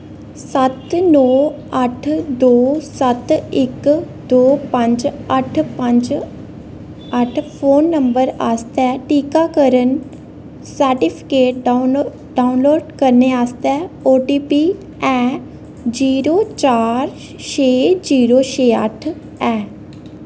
सत्त नौ अट्ठ दो सत्त इक दो पंज अट्ठ पंज अट्ठ फोन नंबर आस्तै टीकाकरण सर्टिफिकेट डाउन डाउनलोड करने आस्तै ओटीपी है जीरो चार छे जीरो छे अट्ठ है